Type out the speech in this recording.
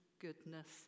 goodness